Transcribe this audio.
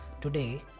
Today